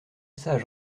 sage